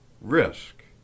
Risk